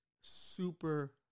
super